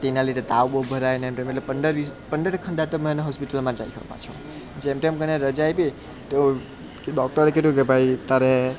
તો તેના લીધે તાવ બહુ ભરાય અને એમ તેમ એટલે પંદર પંદરેક ખણ દાડા તો મને હોસ્પિટલમાં જ રાખ્યો પાછો જેમ તેમ કરીને રજા આપી તો કે ડોક્ટરે કીધું કે ભાઈ તારે